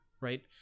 right